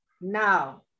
now